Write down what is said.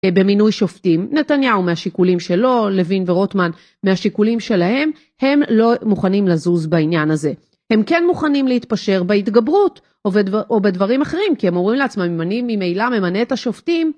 במינוי שופטים נתניהו מהשיקולים שלו לוין ורוטמן מהשיקולים שלהם הם לא מוכנים לזוז בעניין הזה הם כן מוכנים להתפשר בהתגברות או בדברים אחרים כי הם אומרים לעצמם אם אני ממילא ממנה את השופטים